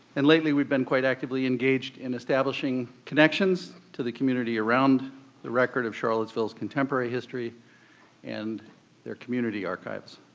and lately we've been quite actively engaged in establishing connections to the community around the record of charlottesville's contemporary history and their community archives.